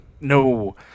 no